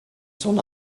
son